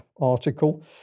article